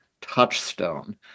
touchstone